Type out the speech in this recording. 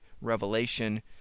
revelation